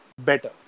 better